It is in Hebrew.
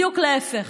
בדיוק להפך.